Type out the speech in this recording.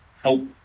help